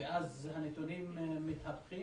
ואז הנתונים מתהפכים?